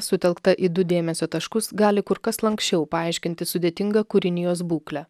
sutelkta į du dėmesio taškus gali kur kas lanksčiau paaiškinti sudėtingą kūrinijos būklę